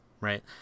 right